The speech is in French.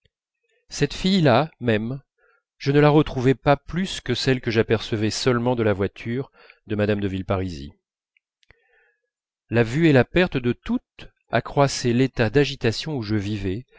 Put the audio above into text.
cette fille-là même je ne la retrouvai pas plus que celles que j'apercevais seulement de la voiture de mme de villeparisis la vue et la perte de toutes accroissaient l'état d'agitation où je vivais